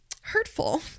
hurtful